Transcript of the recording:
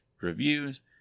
reviews